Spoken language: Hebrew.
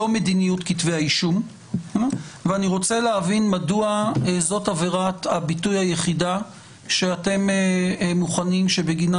אני רוצה להבין מדוע זאת עבירת הביטוי היחידה שאתם מוכנים שבגינה